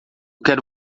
quero